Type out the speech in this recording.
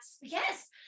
Yes